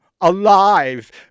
alive